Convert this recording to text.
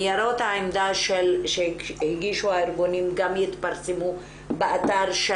ניירות העמדה שהגישו הארגונים גם יתפרסמו באתר של